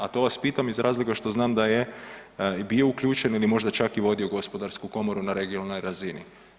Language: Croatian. A to vas pitam iz razloga što znam da je i bio uključen ili možda čak i vodio Gospodarsku komoru na regionalnoj razini.